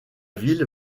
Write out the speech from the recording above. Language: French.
ville